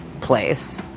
place